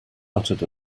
uttered